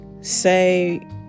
say